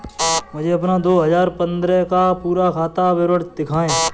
मुझे अपना दो हजार पन्द्रह का पूरा खाता विवरण दिखाएँ?